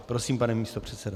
Prosím, pane místopředsedo.